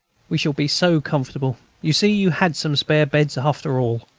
we shall be so comfortable. you see, you had some spare beds, after all.